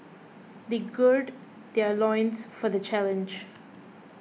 they gird their loins for the challenge